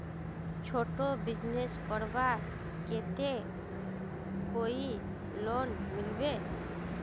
छोटो बिजनेस करवार केते कोई लोन मिलबे?